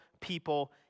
people